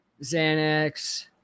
Xanax